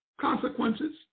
consequences